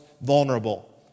vulnerable